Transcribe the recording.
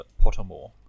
Pottermore